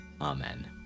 Amen